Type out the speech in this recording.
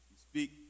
speak